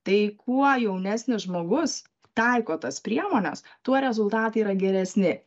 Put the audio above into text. tai kuo jaunesnis žmogus taiko tas priemones tuo rezultatai yra geresni